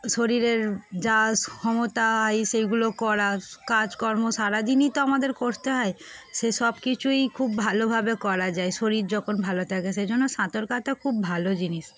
শরীরের যা ক্ষমতা এই সেইগুলো করা কাজকর্ম সারাদিনই তো আমাদের করতে হয় সে সব কিছুই খুব ভালোভাবে করা যায় শরীর যখন ভালো থাকে সেই জন্য সাঁতার কাটা খুব ভালো জিনিস